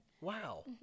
Wow